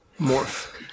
Morph